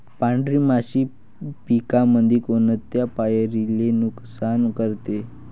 पांढरी माशी पिकामंदी कोनत्या पायरीले नुकसान करते?